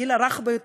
מהגיל הרך ביותר,